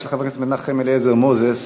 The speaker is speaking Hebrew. של חבר הכנסת מנחם אליעזר מוזס,